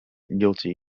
guilty